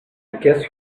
guess